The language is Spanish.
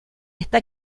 está